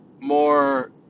more